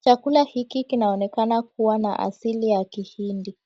Chakula hiki kinaonekana kuwa na asili ya kihindi.